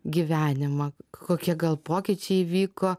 gyvenimą kokie gal pokyčiai įvyko